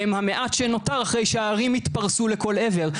הם המעט שנותר אחרי שהערים התפרסו לכל עבר,